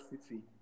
City